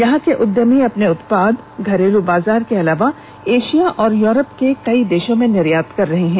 यहां के उद्यमी अपने उत्पाद घरेलू बाजार के अलावा एशिया और यूरोप के कई देशों में निर्यात कर रहे हैं